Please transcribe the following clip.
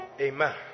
Amen